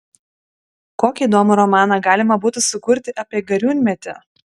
kokį įdomų romaną galima būtų sukurti apie gariūnmetį